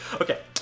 Okay